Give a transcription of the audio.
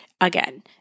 again